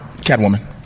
Catwoman